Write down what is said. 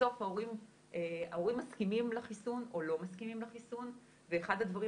בסוף ההורים מסכימים לחיסון או לא מסכימים לחיסון ואחד הדברים